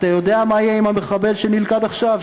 אתה יודע מה יהיה עם המחבל שנלכד עכשיו,